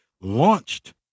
launched